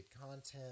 content